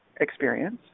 experience